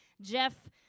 Jeff